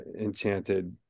enchanted